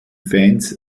fans